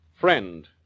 Friend